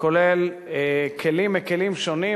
שכולל כלים מכלים שונים,